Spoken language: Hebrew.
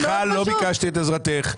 לא ביקשתי את עזרתך.